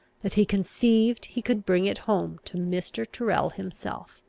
that he conceived he could bring it home to mr. tyrrel himself.